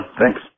thanks